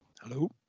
Hello